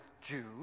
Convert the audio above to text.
Jews